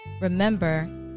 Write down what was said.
remember